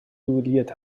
duelliert